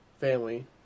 family